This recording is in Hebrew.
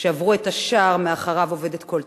שעברו את השער שמאחוריו אובדת כל תקווה.